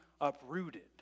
uprooted